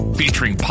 featuring